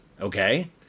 okay